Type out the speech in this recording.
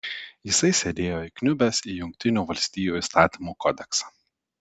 jisai sėdėjo įkniubęs į jungtinių valstijų įstatymų kodeksą